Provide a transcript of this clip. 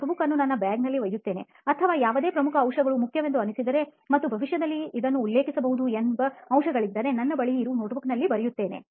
notepad ಅನ್ನು ನನ್ನ bag ನಲ್ಲಿ ಒಯ್ಯುತ್ತೇನೆ ಅಥವಾ ಯಾವುದೇ ಪ್ರಮುಖ ಅಂಶಗಳು ಮುಖ್ಯವೆಂದು ಅನಿಸಿದರೆ ಮತ್ತು ಭವಿಷ್ಯದಲ್ಲಿ ಇದನ್ನು ಉಲ್ಲೇಖಿಸಬಹುದು ಎಂಬ ಅಂಶಗಳಿದ್ದರೆ ನನ್ನ ಬಳಿ ಇರುವ Notebookನಲ್ಲಿ ಬರೆಯುತ್ತೇನೆ